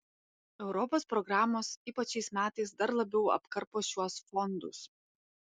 europos programos ypač šiais metais dar labiau apkarpo šiuos fondus